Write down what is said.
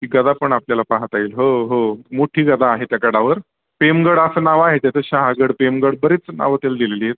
ती गदा पण आपल्याला पाहता येईल हो हो मोठी गदा आहे त्या गडावर पेमगड असं नाव आहे त्याचं शहागड पेमगड बरीच नावं त्याला दिलेली आहेत